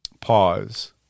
pause